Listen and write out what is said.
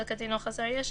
של קטין או חסר ישע,